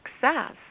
success